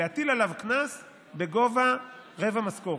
להטיל עליו קנס בגובה רבע משכורת.